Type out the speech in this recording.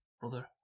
brother